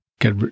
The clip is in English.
get